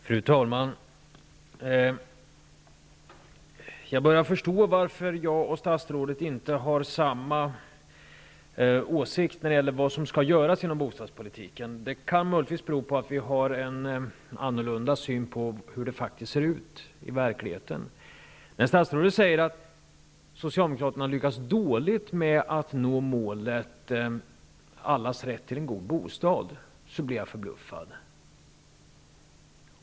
Fru talman! Jag börjar förstå varför jag och statsrådet inte har samma åsikt om vad som skall göras inom bostadspolitiken. Det kan möjligtvis bero på att vi har en annorlunda syn på hur det faktiskt ser ut i verkligheten. När statsrådet säger att socialdemokraterna har lyckats dåligt med att nå målet allas rätt till en bra bostad, blir jag förbluffad.